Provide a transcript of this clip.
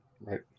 Right